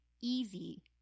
easy